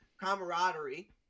camaraderie